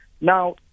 Now